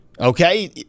Okay